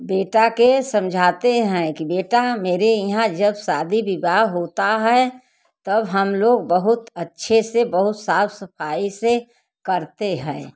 बेटा के समझाते हैं कि बेटा मेरे यहाँ जब शादी विवाह होता है तब हम लोग बहुत अच्छे से बहुत साफ़ सफ़ाई से करते हैं